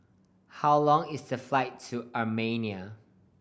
how long is the flight to Armenia